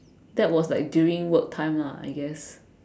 that was like during work time lah I guess